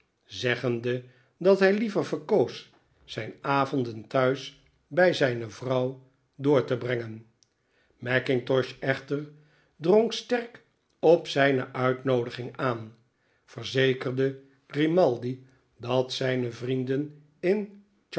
zeggende dat hij liever verkoos zijn avonden thuis bij zijne vrouw door te brengen mackintosh echter drong sterk op zijne uitnoodiging aan verzekerde grimaldi dat zijne vrienden in